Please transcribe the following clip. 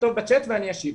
שיכתוב בצ'ט ואני אשיב.